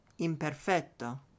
imperfetto